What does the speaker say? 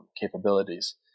capabilities